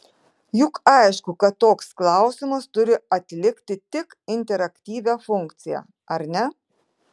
juk aišku kad toks klausimas turi atlikti tik interaktyvią funkciją ar ne